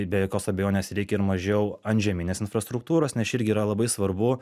be jokios abejonės reikia ir mažiau antžeminės infrastruktūros nes čia irgi yra labai svarbu